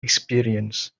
experience